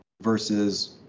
versus